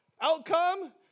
outcome